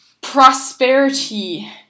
prosperity